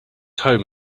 home